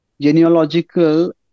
genealogical